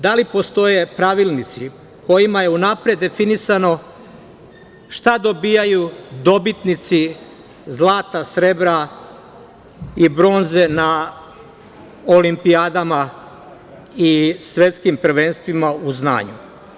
Takođe, da li postoje pravilnici kojima je unapred definisano šta dobijaju dobitnici zlata, srebra i bronze na olimpijadama i svetskim prvenstvima u znanju?